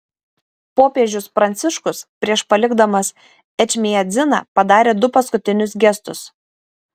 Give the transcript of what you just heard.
popiežius pranciškus prieš palikdamas ečmiadziną padarė du paskutinius gestus